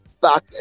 back